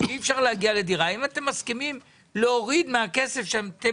אי אפשר להגיע לדירה האם אתם מסכימים להוריד מהכסף שאתם